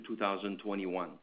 2021